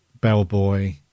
Bellboy